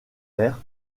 vert